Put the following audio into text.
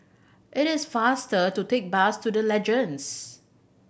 it is faster to take bus to The Legends